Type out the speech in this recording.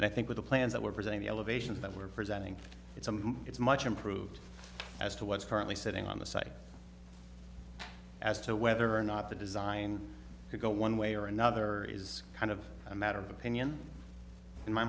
and i think with the plans that were presented the elevations that we're presenting it's um it's much improved as to what's currently sitting on the site as to whether or not the design to go one way or another is kind of a matter of opinion in my